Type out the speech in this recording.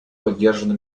поддержана